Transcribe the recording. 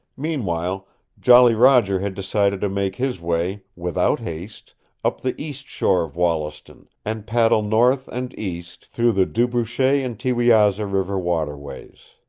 meanwhile jolly roger had decided to make his way without haste up the east shore of wollaston, and paddle north and east through the du brochet and thiewiaza river waterways.